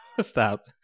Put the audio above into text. Stop